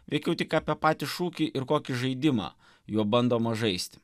veikiau tik apie patį šūkį ir kokį žaidimą juo bandoma žaisti